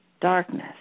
darkness